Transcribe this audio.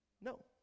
No